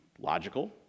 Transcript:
Logical